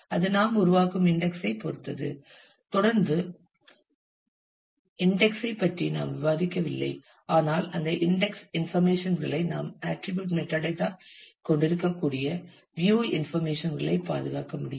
அது நாம் உருவாக்கும் இன்டெக்ஸ் ஐ பொறுத்தது தொடர்ந்து இன்டெக்ஸ் ஐ பற்றி நாம் விவாதிக்கவில்லை ஆனால் அந்த இன்டெக்ஸ் இன்ஃபர்மேஷன் களை நாம் ஆட்டிரிபியூட் மெட்டாடேட்டாவைக் கொண்டிருக்கக்கூடிய வியூ இன்ஃபர்மேஷன்களை பாதுகாக்க முடியும்